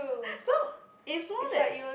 so it's more that